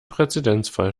präzedenzfall